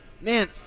Man